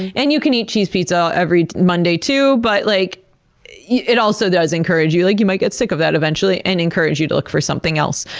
and you can eat cheese pizza every monday too, but like it also does encourage you. like, you might get sick of that eventually, and encourage you to look for something else.